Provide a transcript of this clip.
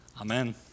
Amen